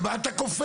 מה אתה קופץ?